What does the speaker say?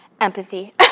Empathy